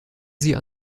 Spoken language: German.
sie